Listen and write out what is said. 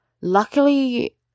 luckily